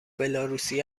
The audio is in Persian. بلاروسی